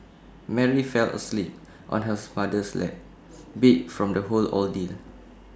Mary fell asleep on her's mother's lap beat from the whole ordeal